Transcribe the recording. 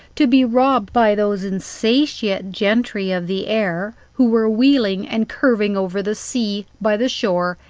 to be robbed by those insatiate gentry of the air who were wheeling and curving over the sea, by the shore,